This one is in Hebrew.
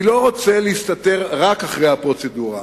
אני לא רוצה להסתתר רק מאחורי הפרוצדורה.